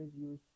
use